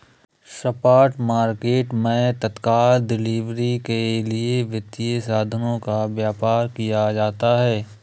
spot market मैं तत्काल delivery के लिए वित्तीय साधनों का व्यापार किया जाता है